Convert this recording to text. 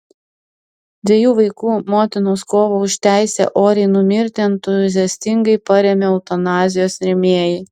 dviejų vaikų motinos kovą už teisę oriai numirti entuziastingai parėmė eutanazijos rėmėjai